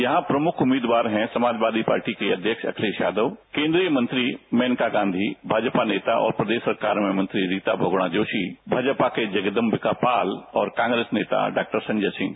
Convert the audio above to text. यहां प्रमुख उम्मीदवार है समाजवादी पार्टी के अध्यक्ष अखिलेश यादव केंद्रीय मंत्री मेनका गांधी भाजपा नेता और प्रदेश सरकार में मंत्री रीता बहगृणा जोशी भाजपा के जगदंबिका पाल और कांग्रेस नेता डॉक्टर संजय सिंह